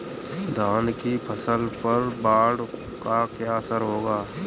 धान की फसल पर बाढ़ का क्या असर होगा?